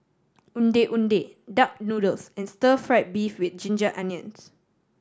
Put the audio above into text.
Ondeh Ondeh duck noodles and stir fried beef with ginger onions